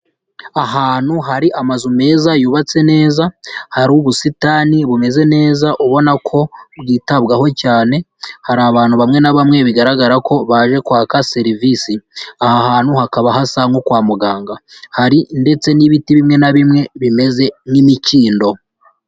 Ahantu hari amazu meza yubatse neza, hari ubusitani bumeze neza ubona ko bwitabwaho cyane, hari abantu bamwe na bamwe bigaragara ko baje kwaka serivisi, aha hantu hakaba hasa nko kwa muganga, hari ndetse n'ibiti bimwe na bimwe bimeze nk'imikindo.